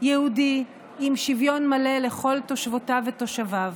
יהודי עם שוויון מלא לכל תושבותיו ותושביו.